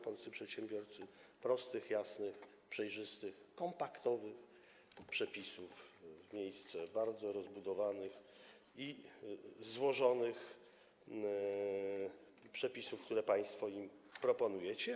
Polscy przedsiębiorcy oczekują prostych, jasnych, przejrzystych, kompaktowych przepisów w miejsce bardzo rozbudowanych i złożonych, które państwo im proponujecie.